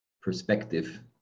perspective